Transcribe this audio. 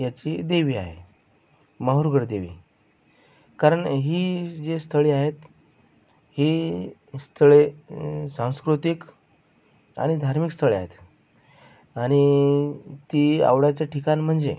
याची देवी आहे माहूरगड देवी कारण ही जी स्थळे आहेत ही स्थळे सांस्कृतिक आणि धार्मिक स्थळे आहेत आणि ती आवडायचं ठिकाण म्हणजे